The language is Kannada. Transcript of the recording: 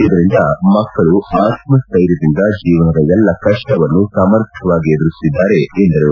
ಇದರಿಂದ ಮಕ್ಕಳು ಆತ್ವಹ್ವೆರ್ಯದಿಂದ ಜೀವನದ ಎಲ್ಲ ಕಷ್ಟವನ್ನು ಸಮರ್ಥವಾಗಿ ಎದುರಿಸುತ್ತಿದ್ದರು ಎಂದರು